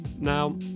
now